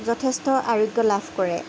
যথেষ্ট আৰোগ্য লাভ কৰে